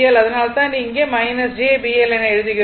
அதனால்தான் இங்கே j BL என எழுதுகிறோம்